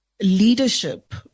leadership